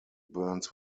burns